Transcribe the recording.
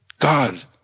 God